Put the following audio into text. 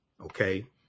Okay